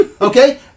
Okay